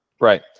Right